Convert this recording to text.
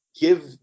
give